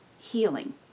healing